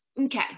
okay